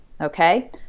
okay